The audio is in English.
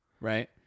right